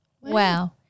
Wow